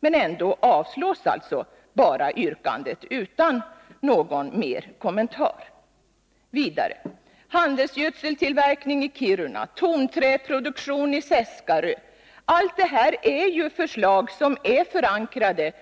Men ändå avstyrks yrkandet bara, utan någon mer kommentar. Handelsgödseltillverkningi Kiruna och tonträproduktion i Seskarö är förslag som är förankrade